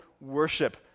worship